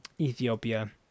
Ethiopia